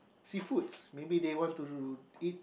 seafood maybe they want to eat